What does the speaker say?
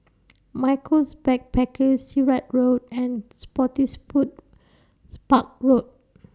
Michaels Backpackers Sirat Road and Spottiswoodes Park Road